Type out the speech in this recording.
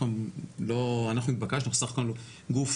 אנחנו בסך הכול גוף,